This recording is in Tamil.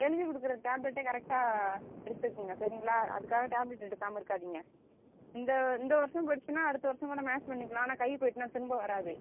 எழுதி கொடுக்குற டேப்லெட்டை கரெக்ட்டாக எடுத்துக்குங்க சரிங்களா அதுக்காக டேப்லெட் எடுக்காமல் இருக்காதிங்க இந்த இந்த வருஷம் போயிடுச்சின்னா அடுத்த வருஷம் கூட மேட்ச் பண்ணிக்கலாம் ஆனால் கை போயிட்டுனா திரும்ப வராது